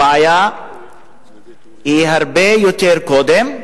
הבעיה התחילה הרבה קודם,